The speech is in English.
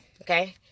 Okay